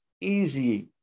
easy